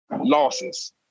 losses